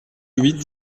huit